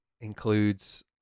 includes